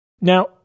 Now